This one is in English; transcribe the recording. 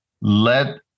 let